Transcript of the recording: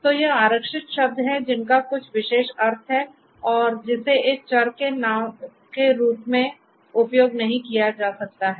तो यह आरक्षित शब्द है जिसका कुछ विशेष अर्थ है और जिसे एक चर नाम के रूप में उपयोग नहीं किया जा सकता है